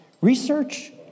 Research